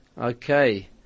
okay